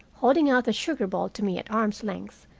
holding out the sugar-bowl to me at arm's length,